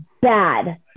bad